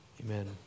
Amen